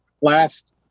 last